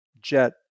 jet